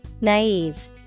Naive